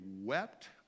wept